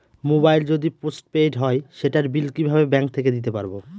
Mobile যদি post paid হয় সেটার বিল কিভাবে ব্যাংক থেকে দিতে পারব?